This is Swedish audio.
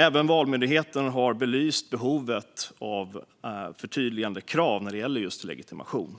Även Valmyndigheten har belyst behovet av förtydligande krav när det gäller just legitimation.